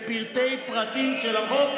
לפרטי פרטים של החוק,